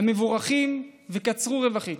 המבורכים וקצרו רווחים.